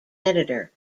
editor